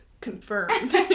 confirmed